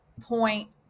point